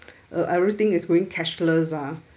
uh everything is going cashless ah